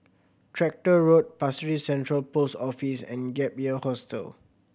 Tractor Road Pasir Ris Central Post Office and Gap Year Hostel